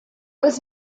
was